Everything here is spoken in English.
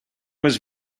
was